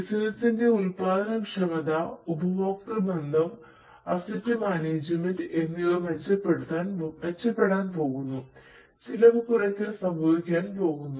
ബിസിനസ്സിന്റെ ഉൽപ്പാദനക്ഷമത ഉപഭോക്തൃ ബന്ധം അസറ്റ് മാനേജ്മെന്റ് എന്നിവ മെച്ചപ്പെടാൻ പോകുന്നു ചിലവ് കുറയ്ക്കൽ സംഭവിക്കാൻ പോകുന്നു